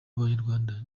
b’abanyarwanda